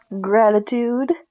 gratitude